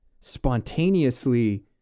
spontaneously